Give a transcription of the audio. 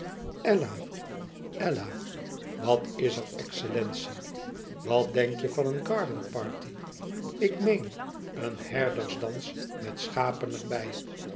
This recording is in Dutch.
ella ella wat is er excellentie wat denk je van een garden party ik meen een herdersdans met schapen erbij